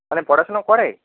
মানে পড়াশুনো করে